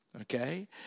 okay